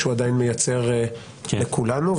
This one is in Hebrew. שהוא עדיין מייצר לכולנו.